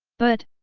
but,